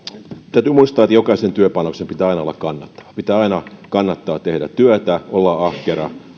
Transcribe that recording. täytyy muistaa että jokaisen työpanoksen pitää aina olla kannattavaa pitää aina kannattaa tehdä työtä olla ahkera